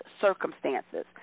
circumstances